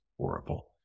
Horrible